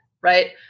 right